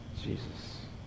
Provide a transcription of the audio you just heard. Jesus